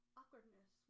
awkwardness